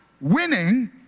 winning